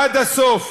עד הסוף".